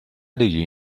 degli